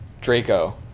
Draco